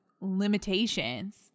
limitations